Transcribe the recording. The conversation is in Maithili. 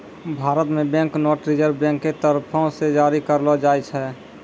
भारत मे बैंक नोट रिजर्व बैंक के तरफो से जारी करलो जाय छै